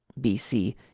bc